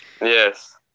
Yes